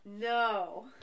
no